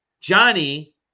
Johnny